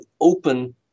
open